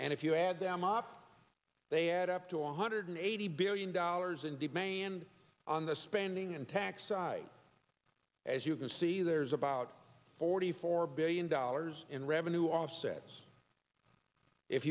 and if you add them up they add up to one hundred eighty billion dollars in demand on the spending and tax side as you can see there's about forty four billion dollars in revenue offsets if